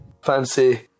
fancy